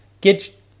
get